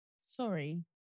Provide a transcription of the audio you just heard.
Sorry